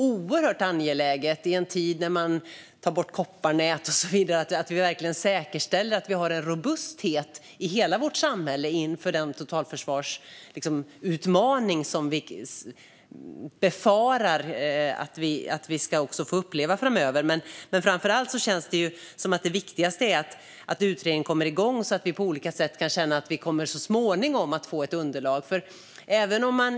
I en tid när man tar bort kopparnät och så vidare är det oerhört angeläget att verkligen säkerställa att vi har en robusthet i hela samhället inför den totalförsvarsutmaning som vi befarar kan komma framöver. Det viktigaste är att utredningen kommer igång så att vi så småningom får ett underlag.